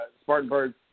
Spartanburg